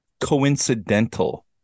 coincidental